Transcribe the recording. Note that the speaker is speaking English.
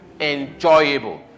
enjoyable